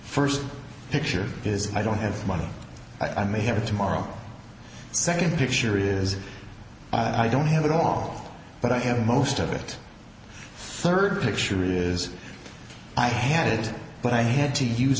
first picture is i don't have the money i may have it tomorrow second picture is i don't have it all but i have most of it third picture is i had it but i had to use